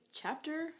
Chapter